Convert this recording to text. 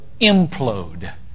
implode